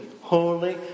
holy